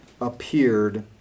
appeared